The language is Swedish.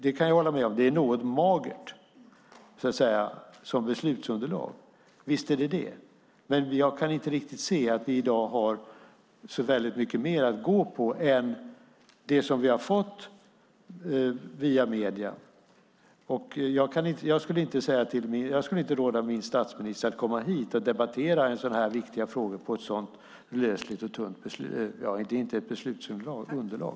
Jag kan hålla med om att det här är något magert som beslutsunderlag, men jag kan inte riktigt se att vi i dag har så mycket mer att gå på än det som vi har fått via medierna. Jag skulle inte råda min statsminister att komma hit och debattera så viktiga frågor med ett så lösligt och tunt underlag.